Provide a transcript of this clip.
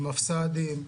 עם הפס"דים,